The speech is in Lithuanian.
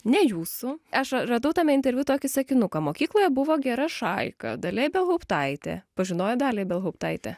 ne jūsų aš radau tame interviu tokį sakinuką mokykloje buvo gera šaika dalia ibelhauptaitė pažinojot dalią ibelhauptaitę